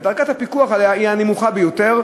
ודרגת הפיקוח עליה היא הנמוכה ביותר.